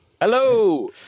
hello